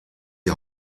die